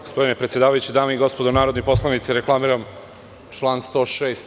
Gospodine predsedavajući, dame i gospodo narodni poslanici reklamiran član 106.